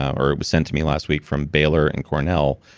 or it was sent to me last week from baylor and cornell,